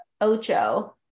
Ocho